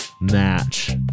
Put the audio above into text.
match